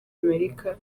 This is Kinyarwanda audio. amerika